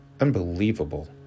Unbelievable